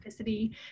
specificity